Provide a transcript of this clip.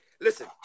listen